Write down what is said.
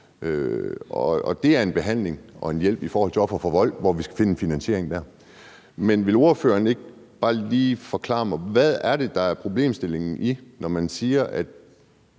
det er en behandling og en hjælp i forhold til ofre for vold, hvor vi skal finde en finansiering. Men vil ordføreren ikke bare lige forklare mig, hvad det er, der er problemstillingen, når man siger, at